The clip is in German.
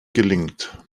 gelingt